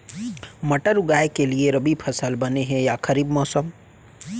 मटर उगाए के लिए रबि मौसम बने हे या खरीफ मौसम?